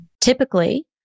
Typically